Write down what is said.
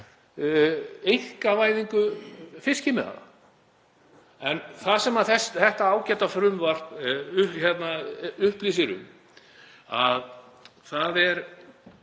einkavæðingu fiskimiðanna. Það sem þetta ágæta frumvarp upplýsir er að það er